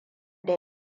da